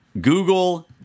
Google